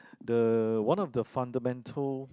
the one of the fundamental